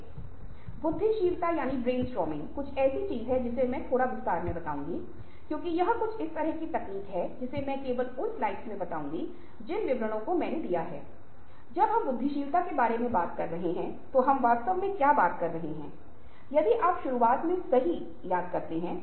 एक आशावादी सेट करें लेकिन तर्कसंगत लक्ष्य का मतलब है लक्ष्य होना चाहिए विशिष्ट होना चाहिए लक्ष्य को लिखना और उसके लिए प्रतिबद्ध होना चाहिए और लक्ष्य को बातचीत में ले जाना चाहिए हमेशा जब हम बातचीत कर रहे हैं तो हमें यह ध्यान रखना होगा कि बातचीत में हासिल करने के लिए अंतिम लक्ष्य क्या है